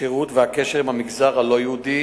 השירות והקשר עם המגזר הלא-יהודי.